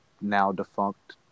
now-defunct